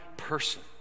person